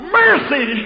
mercy